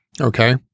Okay